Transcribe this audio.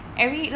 mm